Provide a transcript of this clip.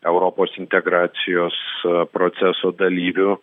europos integracijos proceso dalyvių